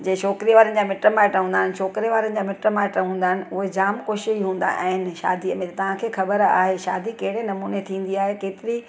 जे छोकिरी वारा जा मिटु माइटु हूंदा आहिनि छोकिरे वारा जा मिटु माइटु हूंदा आहिनि उहे जाम खुश हूंदा आहिनि शादी में तव्हांखे ख़बर आहे शादी कहिड़े नमूने थींदी आहे केतिरी